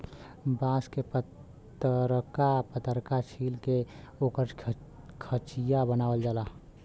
बांस के पतरका पतरका छील के ओकर खचिया बनावल जाला